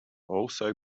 also